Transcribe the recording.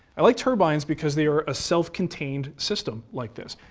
i like turbines because they are a self-contained system like this.